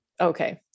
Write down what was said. Okay